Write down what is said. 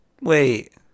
Wait